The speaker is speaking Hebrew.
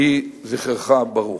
יהי זכרך ברוך.